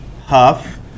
Huff